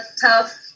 tough